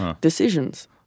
decisions